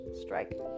strike